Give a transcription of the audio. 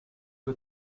que